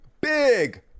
big